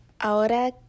Ahora